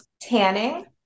Tanning